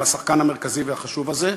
עם השחקן המרכזי והחשוב הזה,